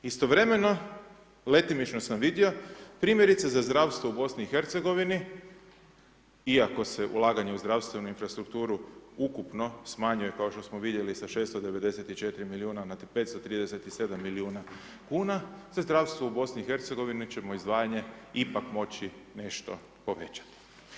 Istovremeno letimično sam vidio, primjerice za zdravstvo u Bosni i Hercegovini, iako se ulaganje u zdravstvenu infrastrukturu ukupno smanjuje kao što smo vidjeli sa 694 milijuna na 537 milijuna kuna se zdravstvo u Bosni i Hercegovini ćemo izdvajanje ipak moći nešto povećati.